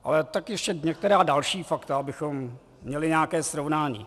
Ale ještě některá další fakta, abychom měli nějaké srovnání.